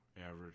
average